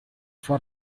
for